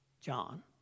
John